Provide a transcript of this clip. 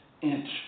inch